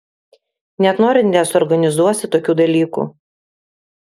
net norint nesuorganizuosi tokių dalykų